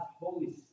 Holy